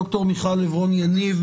דוקטור מיכל עברון יניב,